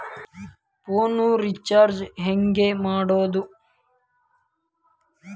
Phone recharge ಹೆಂಗೆ ಮಾಡೋದು?